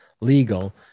legal